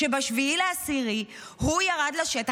שב-7 באוקטובר הוא ירד לשטח.